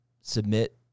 submit